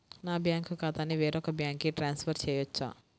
నా బ్యాంక్ ఖాతాని వేరొక బ్యాంక్కి ట్రాన్స్ఫర్ చేయొచ్చా?